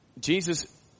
Jesus